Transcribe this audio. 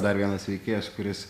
dar vienas veikėjas kuris